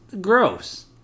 gross